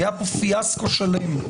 היה פה פיאסקו שלם.